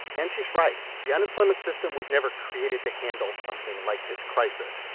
and she's right. the unemployment system was never created to handle something like this crisis.